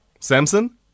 Samson